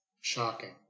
Shocking